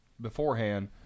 beforehand